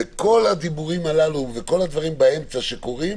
וכל הדיבורים הללו וכל הדברים באמצע שקורים